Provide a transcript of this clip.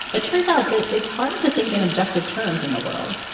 it turns out that it's hard to think in objective terms in the world.